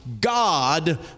God